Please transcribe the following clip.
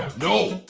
no.